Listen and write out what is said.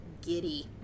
giddy